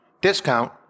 discount